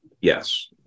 Yes